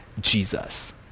Jesus